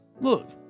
Look